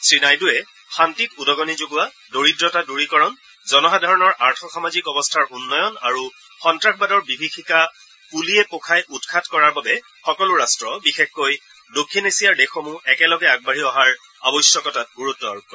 শ্ৰী নাইডুৱে শান্তিত উদগনি যোগোৱা দৰিদ্ৰতা দূৰীকৰণ জনসাধাৰণৰ আৰ্থসামাজিক অৱস্থাৰ উন্নয়ন আৰু সন্তাসবাদৰ বিভীযিকা পুলিয়ে পোখাই উৎখাত কৰাৰ বাবে সকলো ৰাট্ট বিশেষকৈ দক্ষিণ এছিয়াৰ দেশসমূহ একেলগে আগবাঢ়ি অহাৰ আৱশ্যকতাত গুৰুত্ব আৰোপ কৰে